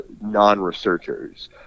non-researchers